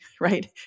right